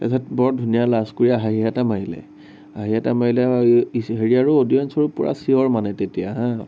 তাছত বৰ ধুনীয়া লাজকুৰীয়া হাঁহি এটা মাৰিলে হাঁহি এটা মাৰিলে আৰু হেৰিয়াৰো অডিয়েঞ্চৰো পুৰা চিঞৰ মানে তেতিয়া হা